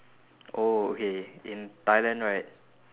oh okay in thailand right